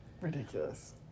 Ridiculous